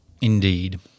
Indeed